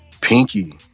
Pinky